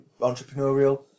entrepreneurial